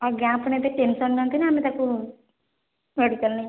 ଆଜ୍ଞା ଆପଣ ଏତେ ଟେନ୍ସନ୍ ନିଅନ୍ତୁନି ଆମେ ତାକୁ ମେଡ଼ିକାଲ୍ ନେଇଯାଉଛୁ